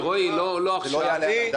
זה לא יעלה על הדעת.